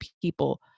people